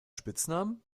spitznamen